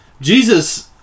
Jesus